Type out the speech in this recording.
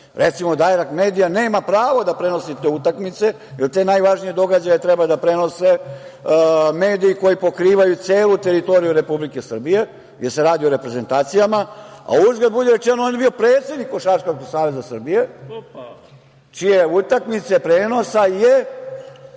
Recimo, "Dajrekt medija" nema pravo da prenosi utakmice, jer te najvažnije događaje treba da prenose mediji koji pokrivaju celu teritoriju Republike Srbije, jer se radi o reprezentacijama. Uzgred budi rečeno, on je bio predsednik Košarkaškog saveza Srbije, čije utakmice prenosa je